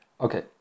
okay